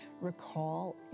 recall